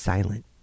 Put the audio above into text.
Silent